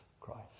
Christ